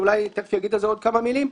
אולי תכף אגיד על זה עוד כמה מילים,